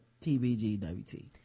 TBGWT